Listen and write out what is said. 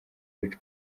bridge